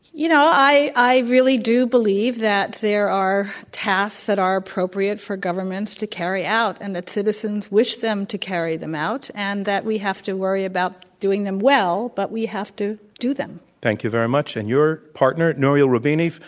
you know, i i really do believe that there are paths that are appropriate for governments to carry out and that citizens wish them to carry them out and that we have to worry about doing them well, but we have to do them. thank you very much. and your partner, nouriel roubini,